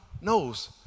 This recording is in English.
knows